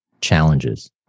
challenges